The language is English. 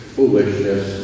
foolishness